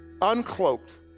uncloaked